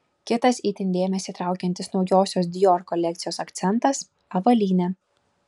kitas itin dėmesį traukiantis naujosios dior kolekcijos akcentas avalynė